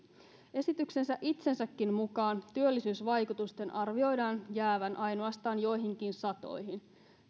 esityksen itsensäkin mukaan työllisyysvaikutusten arvioidaan jäävän ainoastaan joihinkin satoihin